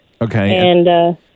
Okay